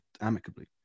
amicably